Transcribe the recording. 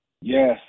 Yes